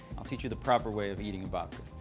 i'll teach you the proper way of eating a babka.